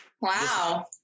Wow